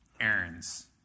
errands